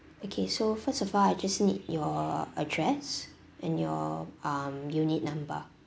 okay so first of all I just need your address and your um unit number